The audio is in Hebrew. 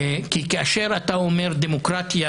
כאשר אתה אומר דמוקרטיה,